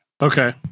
Okay